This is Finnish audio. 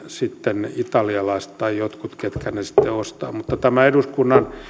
sitten italialaiset tai jotkut meidän puolustustarviketeollisuuttamme niille ketkä sitten ostavat mutta tämä